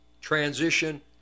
transition